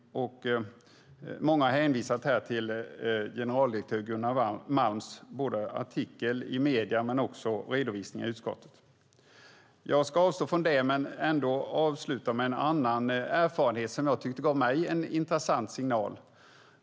Många har hänvisat till generaldirektör Gunnar Malms artikel i medierna men också redovisning i utskottet. Jag ska avstå från det men avsluta med en erfarenhet som jag tyckte gav mig en intressant signal.